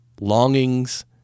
longings